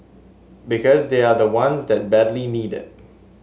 because they are the ones that badly need it